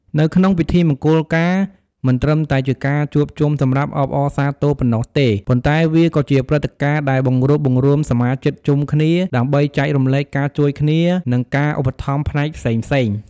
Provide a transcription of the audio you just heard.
នៅក្នុងពិធីមង្គលការ មិនត្រឹមតែជាការជួបជុំសម្រាប់អបអរសាទរប៉ុណ្ណោះទេ ប៉ុន្តែវាក៏ជាប្រព្រឹត្តិការណ៍ដែលបង្រួបបង្រួមសមាជិកជុំគ្នា ដើម្បីចែករំលែកការជួយគ្នា និងការឧបត្ថម្ភផ្នែកផ្សេងៗ។